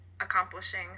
accomplishing